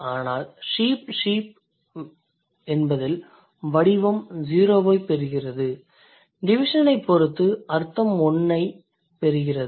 ஆனால் sheep sheep என்பதில் வடிவம் 0 ஐப் பெறுகிறது டிவிஷனைப் பொறுத்தவரை அர்த்தம் 1ஐப் பெறுகிறது